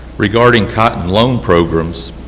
regarding cotton loan programs,